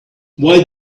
why